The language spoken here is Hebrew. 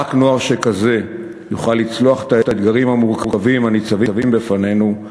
רק נוער שכזה יוכל לצלוח את האתגרים המורכבים הניצבים בפנינו,